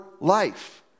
life